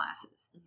classes